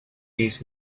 east